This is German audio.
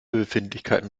befindlichkeiten